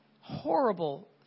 horrible